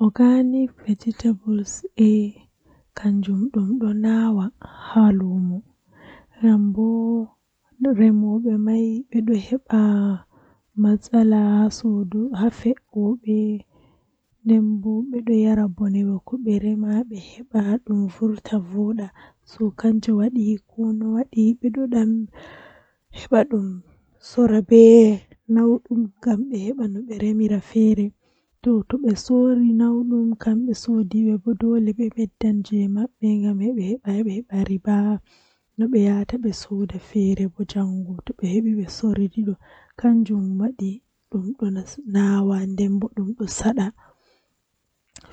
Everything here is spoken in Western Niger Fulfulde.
No defirta nyamdu jei mi buri yidugo, Arandewol kam awada ndiyam haa fande to ndiyam man dolli ahoosa marori alallita maroori man laaba sei awaila haa nder man to awaili marori ma haa nder nden a acca dum neeba sedda haa marori man yarda ndiyam man sei amemma